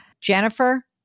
Jennifer